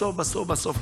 בסוף בסוף בסוף,